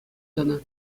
тӑнӑ